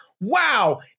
wow